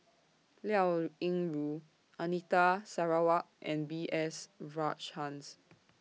Liao Yingru Anita Sarawak and B S Rajhans